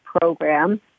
program